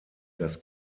das